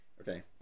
Okay